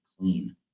clean